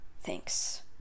Thanks